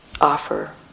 offer